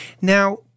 Now